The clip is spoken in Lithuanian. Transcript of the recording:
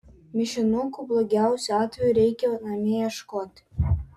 mišinukų blogiausiu atveju reikia namie ieškoti